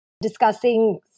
Discussing